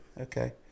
okay